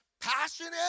passionate